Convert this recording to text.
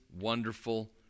wonderful